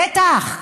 בטח,